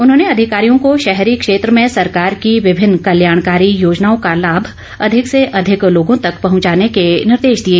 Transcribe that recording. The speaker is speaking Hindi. उन्होंने अधिकारियों को शहरी क्षेत्र में सरकार की विभिन्न कल्याणकारी योजनाओं का लाभ अधिक से अधिक लोगों तक पहुंचाने के निर्देश दिए